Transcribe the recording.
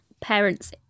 parents